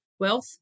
Wealth